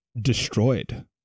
destroyed